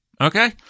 Okay